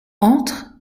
entre